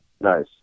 Nice